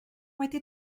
wedi